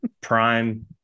prime